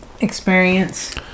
experience